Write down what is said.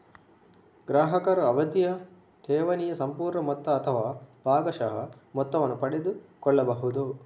ಗ್ರಾಹಕರು ಅವಧಿಯ ಠೇವಣಿಯ ಸಂಪೂರ್ಣ ಮೊತ್ತ ಅಥವಾ ಭಾಗಶಃ ಮೊತ್ತವನ್ನು ಪಡೆದುಕೊಳ್ಳಬಹುದು